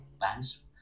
bands